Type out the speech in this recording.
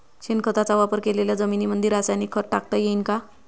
शेणखताचा वापर केलेल्या जमीनीमंदी रासायनिक खत टाकता येईन का?